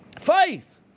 Faith